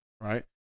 right